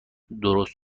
درست